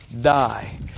die